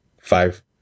Five